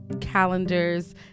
calendars